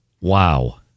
wow